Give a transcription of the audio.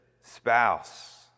spouse